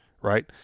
right